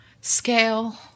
scale